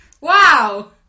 Wow